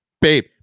babe